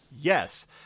Yes